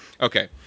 Okay